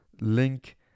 link